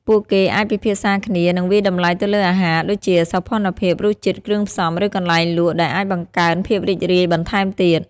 ពួកគេអាចពិភាក្សាគ្នា និងវាយតម្លៃទៅលើអាហារ ដូចជាសោភណភាព រសជាតិ គ្រឿងផ្សំ ឬកន្លែងលក់ ដែលអាចបង្កើនភាពរីករាយបន្ថែមទៀត។